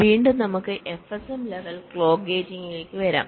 വീണ്ടും നമുക്ക് FSM ലെവലിൽ ക്ലോക്ക് ഗേറ്റിംഗിലേക്ക് വരാം